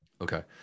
Okay